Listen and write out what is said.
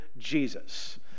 Jesus